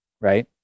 right